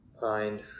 find